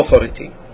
authority